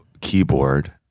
keyboard